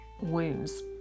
wounds